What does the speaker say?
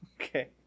okay